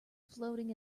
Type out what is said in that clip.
floating